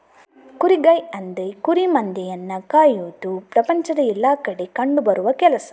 ಕುರಿಗಾಹಿ ಅಂದ್ರೆ ಕುರಿ ಮಂದೆಯನ್ನ ಕಾಯುವುದು ಪ್ರಪಂಚದ ಎಲ್ಲಾ ಕಡೆ ಕಂಡು ಬರುವ ಕೆಲಸ